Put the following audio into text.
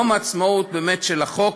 יום העצמאות של החוק,